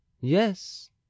Yes